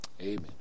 amen